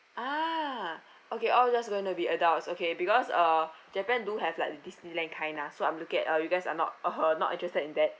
ah okay all just going to be adults okay because uh japan do have like the disneyland kind lah so I'm looking at uh you guys are not (uh huh) not interested in that